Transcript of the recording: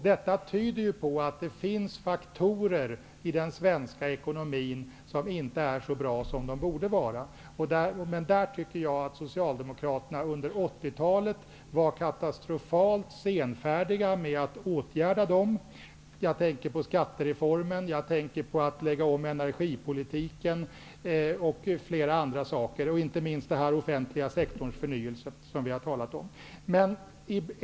Detta tyder på att det finns faktorer i den svenska ekonomin som inte är så bra som de borde vara. Under 80-talet var Socialdemokraterna katastrofalt senfärdiga med att åtgärda dessa. Jag tänker på sakttereformen. Jag tänker på energipolitikomläggningen. Jag tänker på flera andra saker, inte minst den offentliga sektorns förnyelse, som vi har talat om.